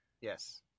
Yes